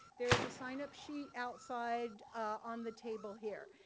there is a sign-up sheet outside on the table here.